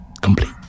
Complete